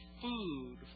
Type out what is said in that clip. food